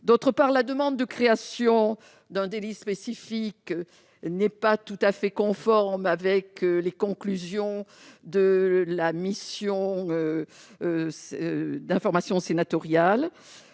d'autre part, la demande de création d'un délit spécifique n'est pas tout à fait conforme avec les conclusions de la mission d'information sénatoriale,